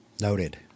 Noted